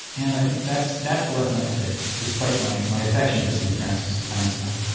and i think that's that's the lesson i'd take, despite my my affection for st. francis einstein